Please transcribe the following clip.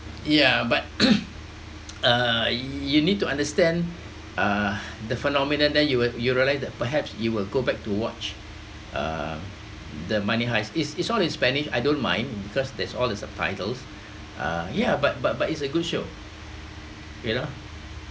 yeah but uh you need to understand uh the phenomenon then you will you realise that perhaps you will go back to watch uh the money heist it's it's all in spanish I don't mind because that's all the subtitles uh yeah but but but it's a good show you know